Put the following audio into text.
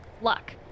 luck